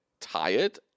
tired